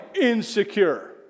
insecure